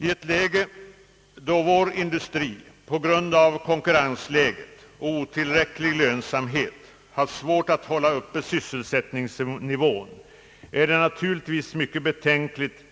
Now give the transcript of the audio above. I ett läge då vår industri på grund av konkurrensläget och otillräcklig lönsamhet har svårt att hålla uppe sysselsättningsnivån är det naturligtvis mycket betänkligt